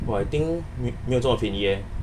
!wah! I think 没没有这样便宜 eh